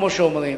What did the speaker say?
כמו שאומרים.